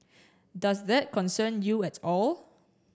does that concern you at all